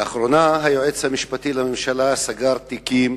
לאחרונה סגר היועץ המשפטי לממשלה תיקים